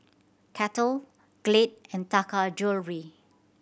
Kettle Glade and Taka Jewelry